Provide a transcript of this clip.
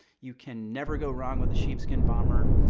you can never go wrong with a sheepskin bomber.